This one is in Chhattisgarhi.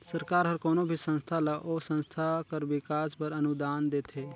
सरकार हर कोनो भी संस्था ल ओ संस्था कर बिकास बर अनुदान देथे